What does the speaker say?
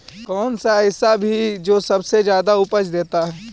कौन सा ऐसा भी जो सबसे ज्यादा उपज देता है?